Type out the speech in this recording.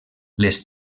les